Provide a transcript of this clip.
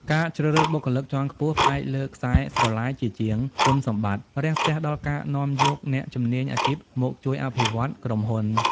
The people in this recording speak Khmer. ការជ្រើសរើសបុគ្គលិកជាន់ខ្ពស់ផ្អែកលើ "ខ្សែស្រឡាយ" ជាជាង "គុណសម្បត្តិ" រាំងស្ទះដល់ការនាំយកអ្នកជំនាញអាជីពមកជួយអភិវឌ្ឍក្រុមហ៊ុន។